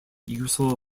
useful